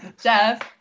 Jeff